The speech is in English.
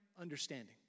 understanding